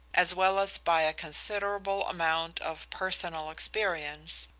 as well as by a considerable amount of personal experience,